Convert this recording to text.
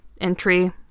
entry